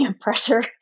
pressure